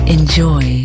Enjoy